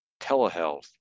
Telehealth